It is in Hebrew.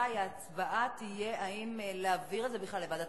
בוודאי, ההצבעה תהיה אם להעביר את זה בכלל לוועדת